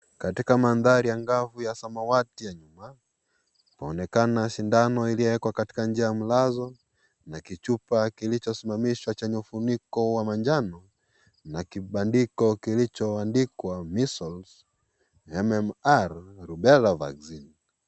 Katika mandhari angavu ya samawati ya nyuma, paonekana sindano iliyoekwa kwa njia ya mlazo na kichupa kilichosimamishwa chenye ufuniko kwa manjano na kibandiko kilichoandikwa measles MMR Rubella Vaccine .